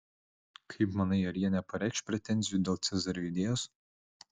kaip manai ar jie nepareikš pretenzijų dėl cezario idėjos